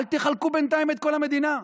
אל תחלקו בינתיים את כל המדינה.